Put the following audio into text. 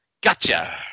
Gotcha